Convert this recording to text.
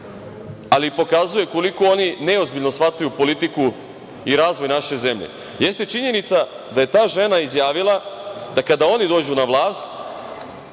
ali pokazuje koliko oni neozbiljno shvataju politiku i razvoj naše zemlje jeste činjenica da je ta žena izjavila da kada oni dođu na vlast